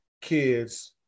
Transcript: kids